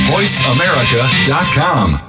VoiceAmerica.com